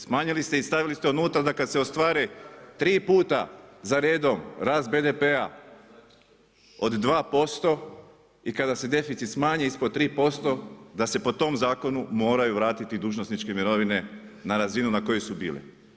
Smanjili ste i stavili ste unutra da kad se ostvari tri puta za redom rast BDP-a od 2% i kada se deficit smanji ispod 3% da se po tom zakonu moraju vratiti dužnosničke mirovine na razinu na kojoj su bile.